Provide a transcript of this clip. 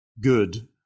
good